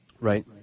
right